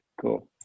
Cool